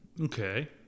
Okay